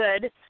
Good